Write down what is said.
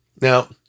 Now